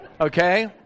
okay